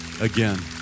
again